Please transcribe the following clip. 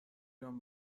بیام